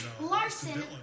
Larson